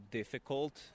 difficult